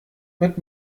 mit